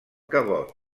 cabot